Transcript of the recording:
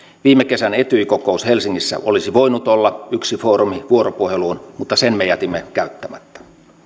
viime kesän etyj kokous helsingissä olisi voinut olla yksi foorumi vuoropuheluun mutta sen me jätimme käyttämättä